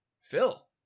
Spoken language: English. Phil